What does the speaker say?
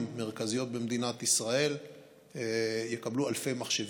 ערים מרכזיות במדינת ישראל יקבלו אלפי מחשבים.